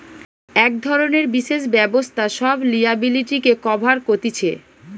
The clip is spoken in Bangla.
এক ধরণের বিশেষ ব্যবস্থা সব লিয়াবিলিটিকে কভার কতিছে